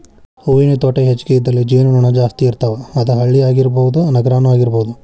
ಹೂವಿನ ತೋಟಾ ಹೆಚಗಿ ಇದ್ದಲ್ಲಿ ಜೇನು ನೊಣಾ ಜಾಸ್ತಿ ಇರ್ತಾವ, ಅದ ಹಳ್ಳಿ ಆಗಿರಬಹುದ ನಗರಾನು ಆಗಿರಬಹುದು